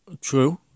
True